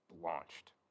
launched